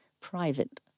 private